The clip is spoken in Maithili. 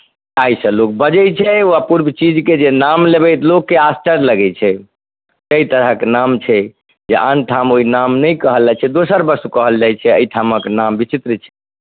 ताहिसँ लोक बजै छै ओ अपूर्व चीजके जे नाम लेबै लोककेँ आश्चर्य लगै छै ताहि तरहक नाम छै जे आनठाम ओहि नाम नहि कहल जाइ छै दोसर वस्तु कहल जाइ छै एहिठामक नाम विचित्र छै